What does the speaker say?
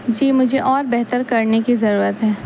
جی مجھے اور بہتر کرنے کی ضرورت ہے